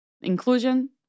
inclusion